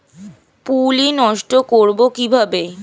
পুত্তলি নষ্ট করব কিভাবে?